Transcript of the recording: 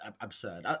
absurd